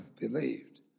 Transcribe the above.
believed